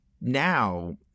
now